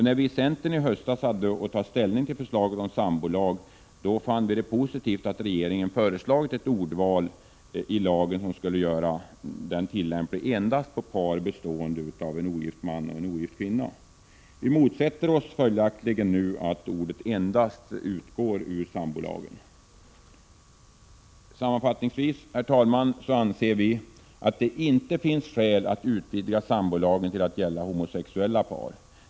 När vi i centern i höstas hade att ta ställning till förslaget om sambolag, fann vi det positivt att regeringen föreslagit ett ordval i lagen som skulle göra den tillämplig endast på par bestående av en ogift man och en ogift kvinna. Vi motsätter oss följaktligen nu att ordet ”endast” utgår ur sambolagen. Sammanfattningsvis, herr talman, anser vi att det inte finns skäl att utvidga sambolagen till att gälla homosexuella par.